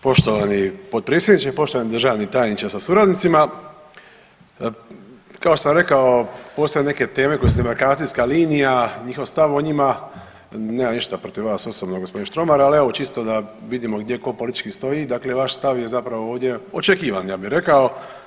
Poštovani potpredsjedniče, poštovani državni tajniče sa suradnicima, kao što sam rekao postoje neke teme koje su demarkacijska linija, njihov stav o njima, nemam ništa protiv vas osobno gospodin Štromar, ali evo čisto da vidimo gdje tko politički stoji, dakle vaš stav je zapravo ovdje očekivan, ja bi rekao.